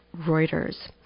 Reuters